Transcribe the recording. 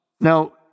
Now